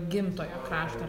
gimtojo krašto